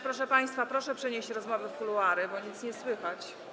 Proszę państwa, proszę przenieść rozmowy do kuluarów, bo nic nie słychać.